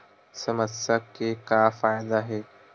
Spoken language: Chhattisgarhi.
समस्या के का फ़ायदा हे?